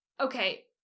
okay